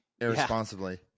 irresponsibly